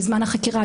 בזמן החקירה,